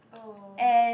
oh